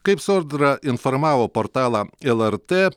kaip sodra informavo portalą lrt